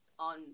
on